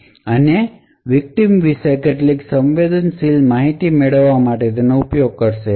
અને વિકટીમ વિશે કેટલીક સંવેદનશીલ માહિતી મેળવવા માટે તેનો ઉપયોગ કરશે